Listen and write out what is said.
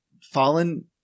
fallen